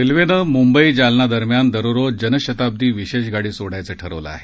रेल्वेनं मुंबई जालना दरम्यान दररोज जनशताब्दी विशेष गाडी सोडायची ठरवलं आहे